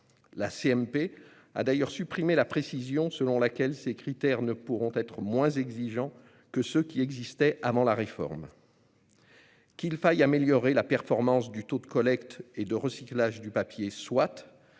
a d'ailleurs supprimé la précision selon laquelle ces critères ne pourront pas être moins exigeants que ceux qui existaient avant la réforme. Qu'il faille améliorer la performance du taux de collecte et de recyclage du papier, soit